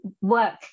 work